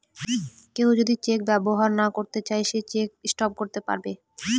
কেউ যদি চেক ব্যবহার না করতে চাই সে চেক স্টপ করতে পারবে